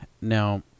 Now